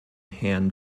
herrn